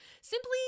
simply